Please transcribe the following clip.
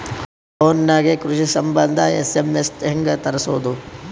Phone ನಾಗೆ ಕೃಷಿ ಸಂಬಂಧ ಎಸ್.ಎಮ್.ಎಸ್ ಹೆಂಗ ತರಸೊದ?